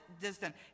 distant